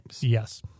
Yes